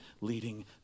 leading